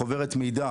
חוברת מידע